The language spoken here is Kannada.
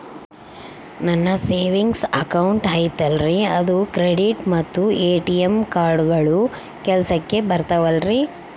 ನನ್ನ ಸೇವಿಂಗ್ಸ್ ಅಕೌಂಟ್ ಐತಲ್ರೇ ಅದು ಕ್ರೆಡಿಟ್ ಮತ್ತ ಎ.ಟಿ.ಎಂ ಕಾರ್ಡುಗಳು ಕೆಲಸಕ್ಕೆ ಬರುತ್ತಾವಲ್ರಿ?